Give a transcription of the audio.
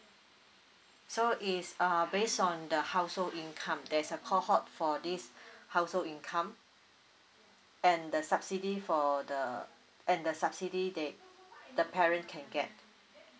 so it's uh based on the household income there's a cohort for this household income and the subsidy for the and the subsidy that the parents can get